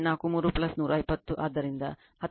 43 120 ಆದ್ದರಿಂದ 19